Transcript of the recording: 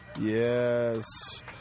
Yes